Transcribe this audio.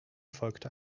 folgte